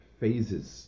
phases